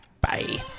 Bye